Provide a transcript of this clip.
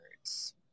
words